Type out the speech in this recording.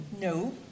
No